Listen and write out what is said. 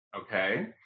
okay